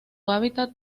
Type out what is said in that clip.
hábitat